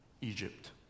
Egypt